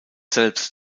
selbst